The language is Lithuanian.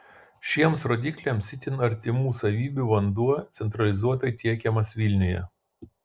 šiems rodikliams itin artimų savybių vanduo centralizuotai tiekiamas vilniuje